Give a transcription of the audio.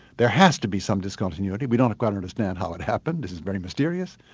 there has to be some discontinuity. we don't quite understand how it happened, this is very mysterious,